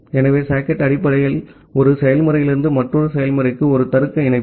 ஆகவே சாக்கெட் அடிப்படையில் ஒரு செயல்முறையிலிருந்து மற்றொரு செயல்முறைக்கு ஒரு தருக்க இணைப்பு